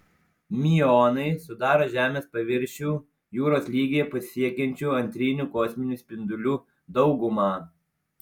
miuonai sudaro žemės paviršių jūros lygyje pasiekiančių antrinių kosminių spindulių daugumą